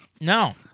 No